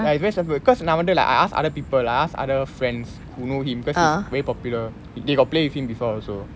it's very sensible because நா வந்து:naa vanthu like I ask other people I ask other friends who know him cause he's very popular they got play with him before also